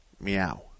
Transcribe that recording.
meow